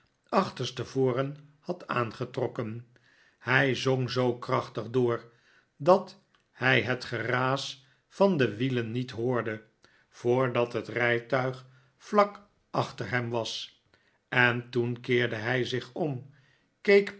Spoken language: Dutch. achterste voren had aangetrokken hij zong zoo krachtig door dat hij het geraas van de wielen niet hoorde voordat het rijtuig vlak achter hem was en toen keerde hij zich om